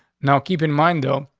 now, keep in mind, though,